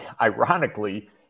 ironically